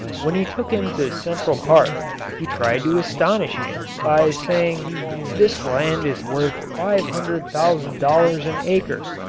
when he took him to central park he tried to astonish him by saying this land is worth five hundred thousand dollars an acre.